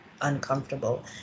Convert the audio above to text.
uncomfortable